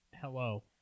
Hello